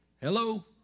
Hello